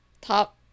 top